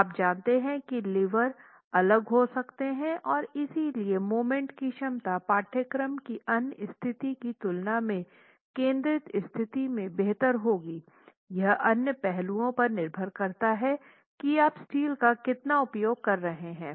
आप जानते हैं कि लीवर अलग हो सकते हैं और इसलिए मोमेंट की क्षमता पाठ्यक्रम की अन्य स्थिति की तुलना में केंद्रित स्थिति में बेहतर होगी यह अन्य पहलुओं पर निर्भर करता है की आप स्टील का कितना प्रयोग कर रहे है